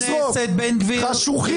חשוכים.